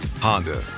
Honda